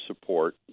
support